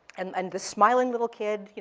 and and this smiling little kid,